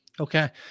Okay